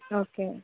okay